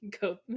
go